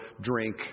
drink